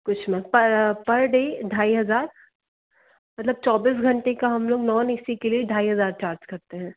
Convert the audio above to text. कुछ में per per day ढाई हज़ार मतलब चौबीस घंटे का हम लोग नॉन ए सी के लिए ढाई हज़ार चार्ज करते हैं